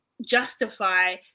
Justify